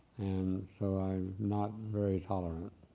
so i'm not very tolerant.